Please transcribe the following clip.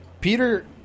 peter